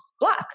Black